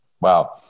wow